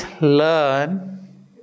learn